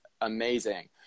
amazing